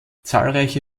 zahlreiche